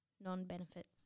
non-benefits